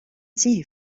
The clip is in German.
sie